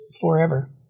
forever